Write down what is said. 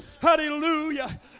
hallelujah